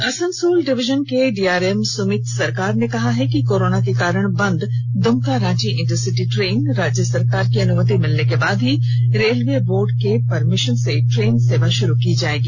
Asansol division के DRM Sumit Sarkar ने कहा है कि कोरोना के कारण बंद द्मका रांची इंटरसिटी ट्रेन राज्य सरकार की अनुमति मिलने के बाद ही रेलवे बोर्ड के परमिशन से ट्रेन सेवा शुरू की जायेगी